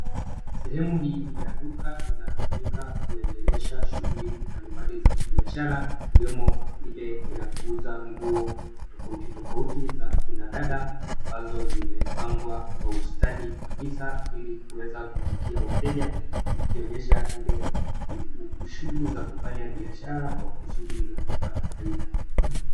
Sehemu hii ya duka inatumika kuendeleza shughuli mbalimbali za biashara, ikiwemo Ile ya kuuza nguo tofauti tofauti za akina dada, ambazo zimepangwa kwa ustadi kabisa, ili kuweza kuvutia wateja, ikionyesha ile shughuli ya kufanya biashara kwa kusubiria kupata faida.